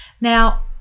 Now